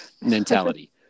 mentality